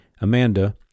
Amanda